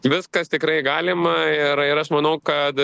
viskas tikrai galima ir ir aš manau kad